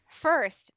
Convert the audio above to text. first